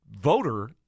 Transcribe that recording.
voter